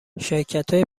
شرکتای